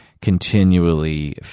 continually